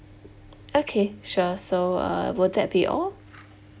okay sure so uh will that be all